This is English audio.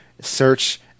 search